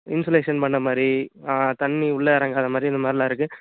insulation பண்ணமாதிரி தண்ணி உள்ள இறங்காதமாரி இதமாதிரிலாம் இருக்கு